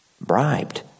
bribed